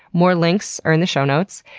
more links are in the show notes.